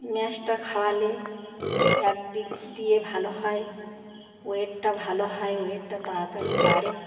ম্যাচটা খাওয়ালে একদিক দিয়ে ভালো হয় ওয়েটটা ভালো হয় ওয়েটটা তাড়াতাড়ি বাড়ে